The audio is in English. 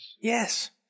Yes